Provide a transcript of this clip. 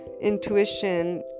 intuition